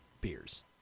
beers